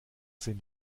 sind